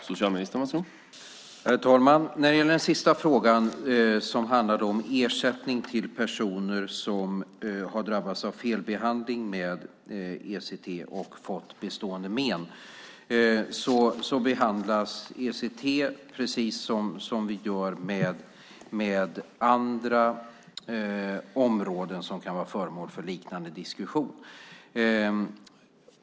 Herr talman! När det gäller den sista frågan, som handlar om ersättning till personer som har drabbats av felbehandling med ECT och fått bestående men, behandlas ECT precis som andra områden som kan vara föremål för liknande diskussion.